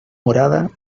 morada